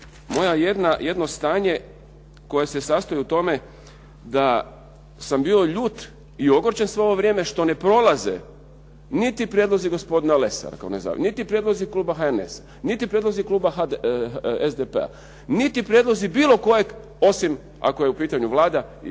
moje jedno stanje koje se sastoji u tome da sam bio ljut i ogorčen svo ovo vrijeme što ne prolaze niti prijedlozi gospodina Lesara, niti prijedlozi kluba HNS-a, niti prijedlozi kluba SDP-a, niti prijedlozi bilo kojeg osim ako je u pitanju Vlada